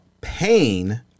pain